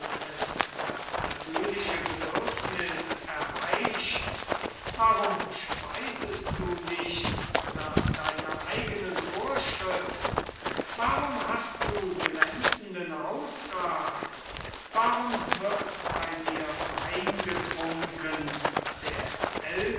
das natürliche bedürfniß erheischt warum speisest du nicht nach deiner eigenen vorschrift warum hast du glänzenden hausrath warum wird bei dir wein getrunken der